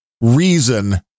reason